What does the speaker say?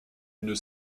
une